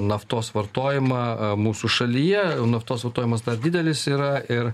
naftos vartojimą a mūsų šalyje naftos vartojimas dar didelis yra ir